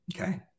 Okay